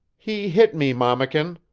he hit me, mammakin,